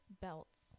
belts